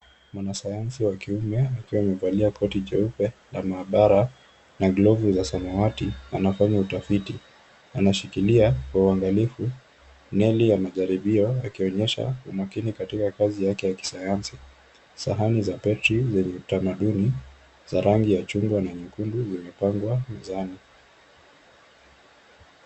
Mwanasayansi wa kiume akiwa amevalia koti jeupe la maabara na glovu za samawati anafanya utafiti. Anashikilia kwa uangalifu neli ya majaribio akionyesha umakini katika kazi yake ya kisayansi. Sahani za petri zenye tamaduni za rangi ya chungwa na nyekundu zimepangwa mezani.